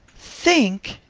think!